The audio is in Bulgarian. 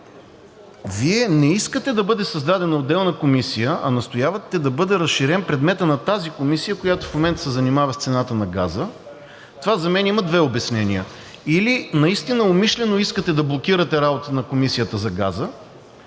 Вие не искате да бъде създадена отделна комисия, а настоявате да бъде разширен предметът на тази комисия, която в момента се занимава с цената на газа, това за мен има две обяснения – или наистина умишлено искате да блокирате работата на комисията за газа,